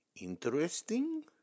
interesting